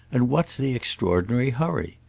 and what's the extraordinary hurry?